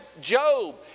Job